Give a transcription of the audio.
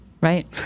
Right